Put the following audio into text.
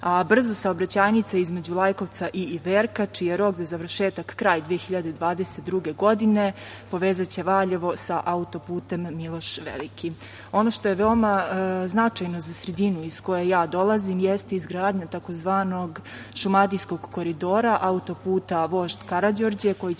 brza saobraćajnica između Lajkovca i Iverka, čiji je rok za završetak kraj 2022. godine, povezaće Valjevo sa auto-putem "Miloš Veliki".Ono što je veoma značajno za sredinu iz koje ja dolazim, jeste izgradnja, tzv. Šumadijskog koridora, autoputa "Vožd Karađorđe",